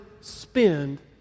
spend